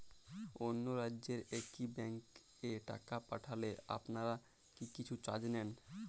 অন্য রাজ্যের একি ব্যাংক এ টাকা পাঠালে আপনারা কী কিছু চার্জ নেন?